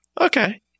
Okay